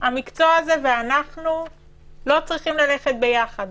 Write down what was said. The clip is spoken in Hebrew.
המקצוע הזה, ואנחנו לא צריכים ללכת ביחד.